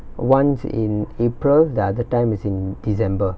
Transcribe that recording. once in april the other time is in december